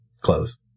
Close